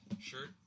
shirt